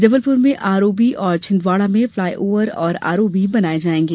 जबलपुर में आरओबी और छिन्दवाड़ा में फ्लॉय ओवर और आरओबी बनाये जायेंगे